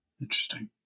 Interesting